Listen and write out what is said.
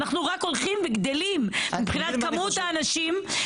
אנחנו רק הולכים וגדלים, מבחינת כמות האנשים.